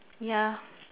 ya